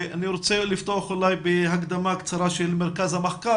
אני רוצה לפתוח בהקדמה קצרה של מרכז המחקר